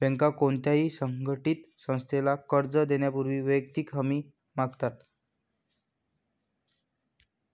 बँका कोणत्याही असंघटित संस्थेला कर्ज देण्यापूर्वी वैयक्तिक हमी मागतात